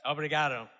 Obrigado